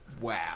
Wow